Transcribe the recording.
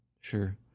Sure